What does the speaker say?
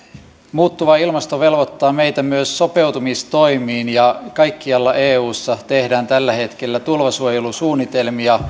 muuttuva ilmasto velvoittaa meitä myös sopeutumistoimiin ja kaikkialla eussa tehdään tällä hetkellä tulvasuojelusuunnitelmia